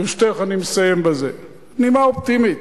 ברשותך, אני מסיים בזה, נימה אופטימית,